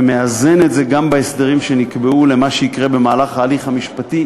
ומאזן את זה גם בהסדרים שנקבעו למה שיקרה במהלך ההליך המשפטי,